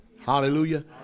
hallelujah